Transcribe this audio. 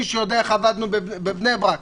מי שיודע איך עבדנו בבני ברק,